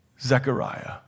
Zechariah